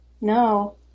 no